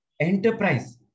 enterprise